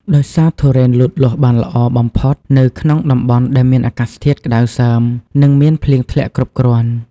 ដោយសារទុរេនលូតលាស់បានល្អបំផុតនៅក្នុងតំបន់ដែលមានអាកាសធាតុក្តៅសើម និងមានភ្លៀងធ្លាក់គ្រប់គ្រាន់។